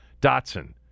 Dotson